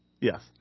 Yes